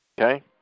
okay